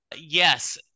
Yes